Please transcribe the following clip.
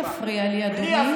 אל תפריע לי, אדוני.